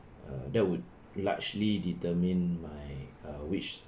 uh that would largely determine my err which